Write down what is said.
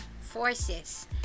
forces